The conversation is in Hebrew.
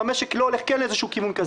ואם המשק כן הולך לאיזשהו כיוון כזה.